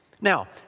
Now